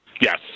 Yes